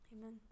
Amen